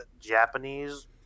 Japanese